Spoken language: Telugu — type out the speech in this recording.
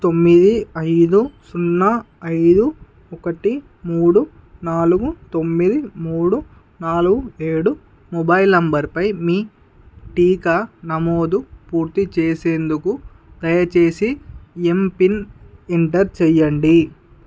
తొమ్మిది ఐదు సున్నా ఐదు ఒకటి మూడు నాలుగు తొమ్మిది మూడు నాలుగు ఏడు మొబైల్ నంబరుపై మీ టీకా నమోదు పూర్తి చేసేందుకు దయచేసి ఎమ్ పిన్ ఎంటర్ చేయండి